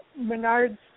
Menards